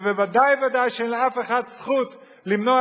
ודאי וודאי שאין לאף אחד זכות למנוע